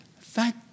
Thank